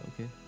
Okay